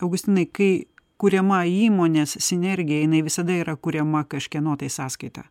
augustinai kai kuriama įmonės sinergija jinai visada yra kuriama kažkieno tai sąskaita